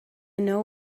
know